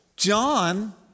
John